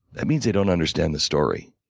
that means they don't understand the story.